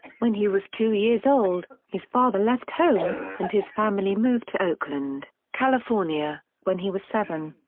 when he was two years old, his father left home, and his family moved to oakland, california, when he was seven.